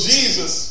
Jesus